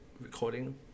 recording